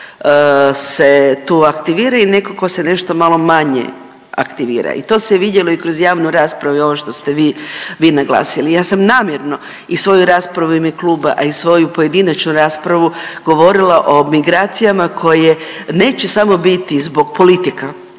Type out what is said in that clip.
jače se tu aktivira i neko ko se nešto malo manje aktivira i to se vidjelo i kroz javnu raspravu i ovo što ste vi, vi naglasili. Ja sam namjerno i svoju raspravu u ime kluba, a i svoju pojedinačnu raspravu govorila o migracijama koje neće samo biti zbog politika.